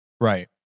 Right